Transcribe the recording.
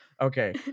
Okay